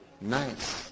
Nice